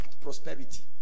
prosperity